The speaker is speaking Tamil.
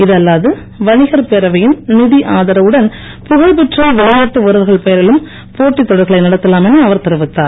இதுஅல்லாது வணிகர் பேரவையின் நிதி ஆதரவுடன் புகழ்பெற்ற விளையாட்டு வீரர்கள் பெயரிலும் போட்டித் தொடர்களை நடத்தலாம் என அவர் தெரிவித்தார்